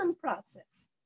process